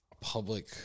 public